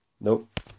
Nope